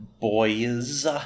boys